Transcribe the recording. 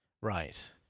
Right